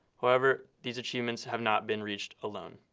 however, these achievements have not been reached alone.